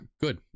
good